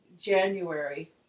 January